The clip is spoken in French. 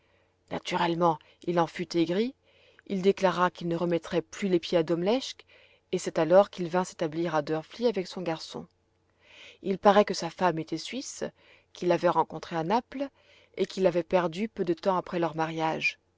naturellement il en fut aigri il déclara qu'il ne remettrait plus les pieds à domleschg et c'est alors qu'il vint s'établir à drfli avec son garçon il paraît que sa femme était suisse qu'il l'avait rencontrée à naples et qu'il l'avait perdue peu de temps après leur mariage